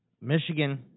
Michigan